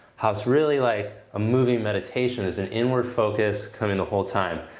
how it's really like a moving meditation, there's an inward focus coming the whole time.